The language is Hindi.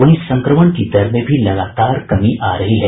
वहीं संक्रमण की दर में भी लगातार कमी आ रही है